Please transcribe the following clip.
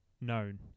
known